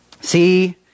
See